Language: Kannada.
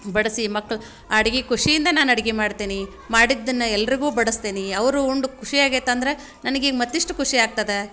ಬಡಿಸಿ ಮಕ್ಳು ಅಡ್ಗೆ ಖುಷಿಯಿಂದ ನಾನು ಅಡ್ಗೆ ಮಾಡ್ತೀನಿ ಮಾಡಿದ್ದನ್ನು ಎಲ್ಲರಿಗೂ ಬಡಿಸ್ತೀನಿ ಅವರು ಉಂಡು ಖುಷಿ ಆಗೈತೆ ಅಂದರೆ ನನಗೆ ಈಗ ಮತ್ತಿಷ್ಟು ಖುಷಿ ಆಗ್ತದೆ